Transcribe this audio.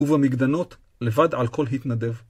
ובמגדנות לבד על כל התנדב